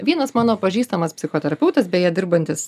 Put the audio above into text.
vienas mano pažįstamas psichoterapeutas beje dirbantis